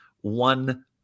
one